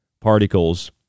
particles